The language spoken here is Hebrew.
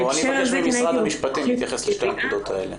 אבקש ממשרד המשפטים להתייחס לשתי הנקודות האלה.